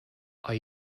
are